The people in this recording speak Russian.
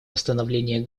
восстановления